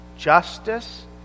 Justice